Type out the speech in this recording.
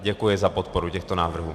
Děkuji za podporu těchto návrhů.